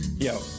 Yo